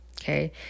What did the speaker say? okay